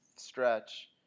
stretch